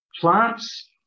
Plants